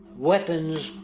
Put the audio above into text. weapons,